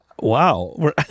wow